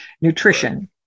nutrition